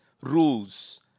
rules